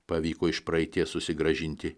pavyko iš praeities susigrąžinti